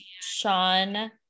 Sean